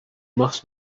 must